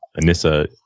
Anissa